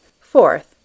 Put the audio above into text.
Fourth